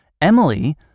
Emily